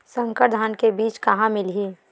संकर धान के बीज कहां मिलही?